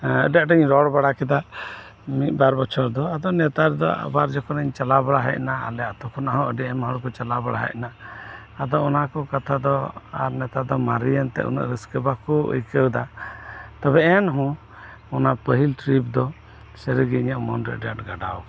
ᱟᱹᱰᱤ ᱟᱸᱴᱤᱧ ᱨᱚᱲᱵᱟᱲᱟ ᱠᱮᱫᱟ ᱢᱤᱫᱵᱟᱨ ᱵᱚᱪᱷᱚᱨ ᱫᱚ ᱟᱫᱚ ᱱᱮᱛᱟᱨ ᱫᱚ ᱟᱵᱟᱨ ᱡᱚᱠᱷᱚᱱᱤᱧ ᱪᱟᱞᱟᱣ ᱵᱟᱲᱟ ᱦᱮᱡᱱᱟ ᱟᱞᱮ ᱟᱛᱳ ᱠᱷᱚᱱᱟᱜ ᱦᱚᱸ ᱟᱹᱰᱤ ᱟᱭᱢᱟ ᱦᱚᱲᱠᱩ ᱪᱟᱞᱟᱣ ᱵᱟᱲᱟᱦᱮᱡᱱᱟ ᱟᱫᱚ ᱚᱱᱟᱠᱩ ᱠᱟᱛᱷᱟ ᱫᱚ ᱟᱨ ᱱᱮᱛᱟᱨ ᱫᱚ ᱢᱟᱨᱤᱭᱮᱱ ᱛᱮ ᱩᱱᱟᱹᱜ ᱨᱟᱹᱥᱠᱟᱹ ᱵᱟᱠᱩ ᱟᱹᱭᱠᱟᱹᱣᱮᱫᱟ ᱛᱚᱵᱮ ᱮᱱᱦᱚᱸ ᱚᱱᱟ ᱯᱟᱹᱦᱤᱞ ᱴᱨᱤᱯ ᱫᱚ ᱥᱟᱹᱨᱤᱜᱤ ᱤᱧᱟᱹᱜ ᱢᱚᱱᱨᱮ ᱟᱹᱰᱤ ᱟᱸᱴ ᱜᱟᱰᱟᱣ ᱟᱠᱟᱱᱟ